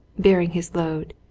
bearing his load,